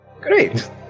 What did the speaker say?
Great